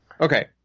okay